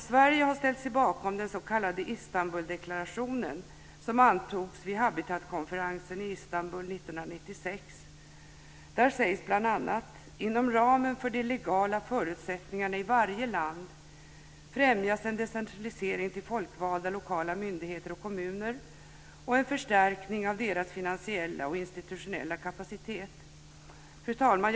Sverige har ställt sig bakom den s.k. Istanbuldeklarationen, som antogs vid Habitatkonferensen i Istanbul 1996. Där sägs bl.a. att: "Inom ramen för de legala förutsättningarna i varje land främjas en decentralisering till folkvalda lokala myndigheter och kommuner och en förstärkning av deras finansiella och institutionella kapacitet." Fru talman!